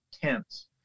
tense